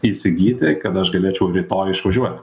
įsigyti kad aš galėčiau rytoj išvažiuoti